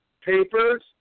papers